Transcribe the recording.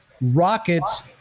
rockets